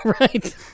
Right